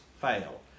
fail